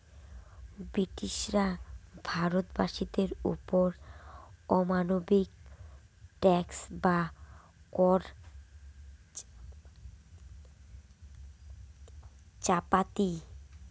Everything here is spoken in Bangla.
ব্রিটিশরা ভারত বাসীদের ওপর অমানবিক ট্যাক্স বা কর চাপাতি